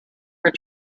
her